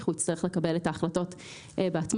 והוא יצטרך לקבל את ההחלטות בעצמו.